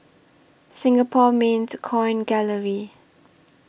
Singapore Mint Coin Gallery